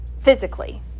Physically